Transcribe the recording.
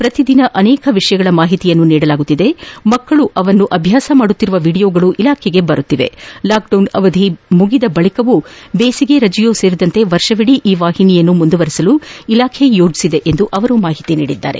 ಪ್ರತಿ ದಿನ ಅನೇಕ ವಿಷಯಗಳ ಮಾಹಿತಿಯನ್ನು ನೀಡಲಾಗುತ್ತಿದ್ದು ಮಕ್ಕಳು ಅದನ್ನು ಅಭ್ಯಾಸ ಮಾಡುತ್ತಿರುವ ವಿಡಿಯೋಗಳು ಇಲಾಖೆಗೆ ಬರುತ್ತಿವೆ ಲಾಕ್ಡೌನ್ ಅವಧಿ ಮುಗಿದ ಬಳಿಕವೂ ಬೇಸಿಗೆ ರಜೆಯೂ ಸೇರಿದಂತೆ ವರ್ಷವಿಡೀ ಈ ವಾಹಿನಿಯನ್ನು ಮುಂದುವರೆಸಲು ಇಲಾಖೆ ಯೋಜಿಸಿದೆ ಎಂದು ಅವರು ಮಾಹಿತಿ ನೀಡಿದ್ದಾರೆ